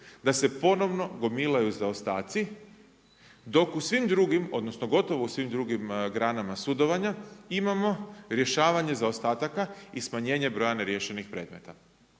da se ponovno gomilaju zaostaci, dok u svim drugim, odnosno gotovo u svim drugim granama sudovanja imamo rješavanje zaostataka i smanjenje broja neriješenih predmeta.